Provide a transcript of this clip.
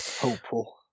hopeful